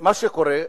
מה שקורה,